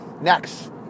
Next